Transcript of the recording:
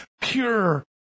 pure